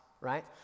right